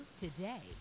today